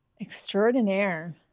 Extraordinaire